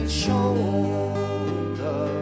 shoulder